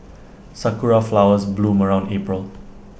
Sakura Flowers bloom around April